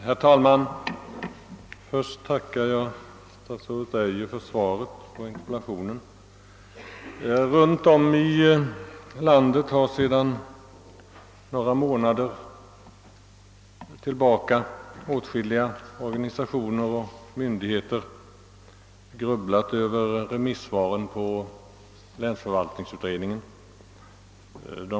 Herr talman! Jag vill först tacka statsrådet Geijer för svaret på min interpellation. Runt om i landet har sedan några månader tillbaka åtskilliga organisationer och myndigheter grubblat över sina remissvar på länsförvaltningsutredningens betänkande.